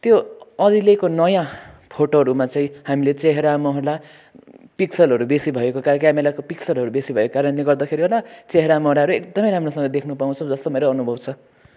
त्यो अहिलेको नयाँ फोटोहरूमा चाहिँ हामीले चेहरा मोहरा पिक्सलहरू बेसी भएको क्यामेराको पिक्सलहरू बेसी भएको कारणले गर्दाखेरि होला चेहरा मोहराहरू एकदमै राम्रोसँग देख्न पाउँछौँ जस्तो मेरो अनुभव छ